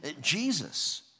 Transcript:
Jesus